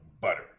butter